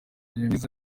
myiza